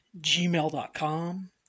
gmail.com